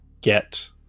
get